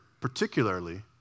particularly